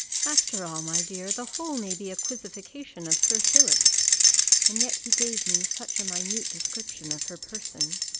after all, my dear, the whole maybe a quizzification of sir philip's and yet he gave me such a minute description of her person!